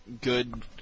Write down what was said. good